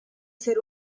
ser